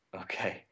Okay